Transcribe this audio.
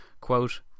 Quote